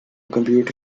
computer